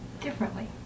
differently